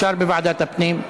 אפשר בוועדת הפנים.